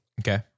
Okay